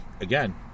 again